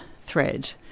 thread